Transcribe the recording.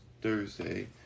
Thursday